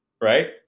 right